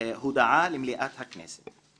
הודעה למליאת הכנסת".